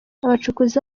abacukuzi